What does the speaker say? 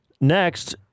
Next